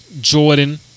Jordan